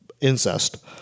incest